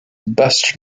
best